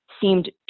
seemed